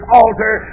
altar